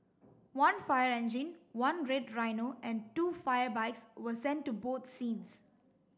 one fire engine one red rhino and two fire bikes were sent to both scenes